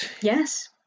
Yes